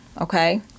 Okay